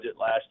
last